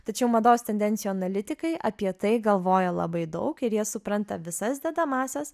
tačiau mados tendencijų analitikai apie tai galvoja labai daug ir jie supranta visas dedamąsias